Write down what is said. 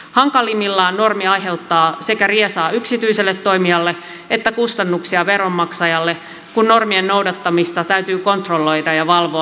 hankalimmillaan normi aiheuttaa sekä riesaa yksityiselle toimijalle että kustannuksia veronmaksajalle kun normien noudattamista täytyy kontrolloida ja valvoa